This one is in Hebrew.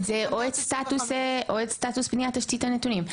זה או את סטטוס בניית תשתית הנתונים.